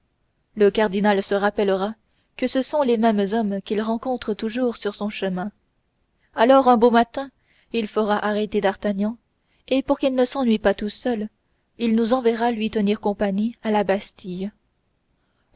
le cardinal se rappellera que ce sont les mêmes hommes qu'il rencontre toujours sur son chemin alors un beau matin il fera arrêter d'artagnan et pour qu'il ne s'ennuie pas tout seul il nous enverra lui tenir compagnie à la bastille